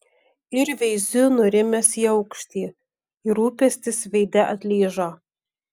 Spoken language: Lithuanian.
ir veiziu nurimęs į aukštį ir rūpestis veide atlyžo